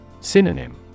Synonym